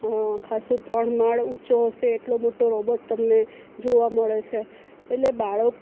ખાસો ત્રણ માળ ઊંચો હશે એટલો મોટો રોબોટ તમને જોવા મળે છે એટલે બાળકો